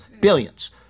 billions